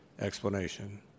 explanation